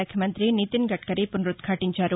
శాఖ మంగ్రి నితిన్ గడ్కరీ పునరుద్ఘాటించారు